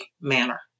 manner